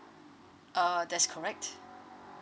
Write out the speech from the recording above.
uh that's correct